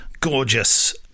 gorgeous